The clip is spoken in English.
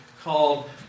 called